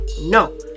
no